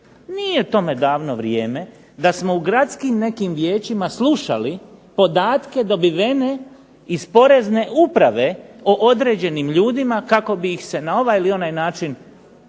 Nije tome davno vrijeme, da smo u gradskim nekim vijećima slušali podatke dobivene iz Porezne uprave o određenim ljudima kako bi ih se na ovaj ili onaj način